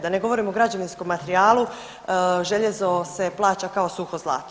Da ne govorim o građevinskom materijalu, željezo se plaća kao suho zlato.